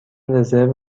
رزرو